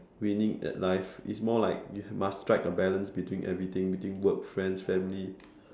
winning at life it's more like you must strike a balance between everything between work friends family